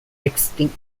extinct